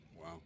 Wow